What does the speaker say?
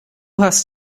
hast